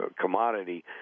commodity